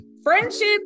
Friendship